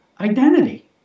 identity